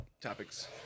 topics